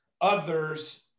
others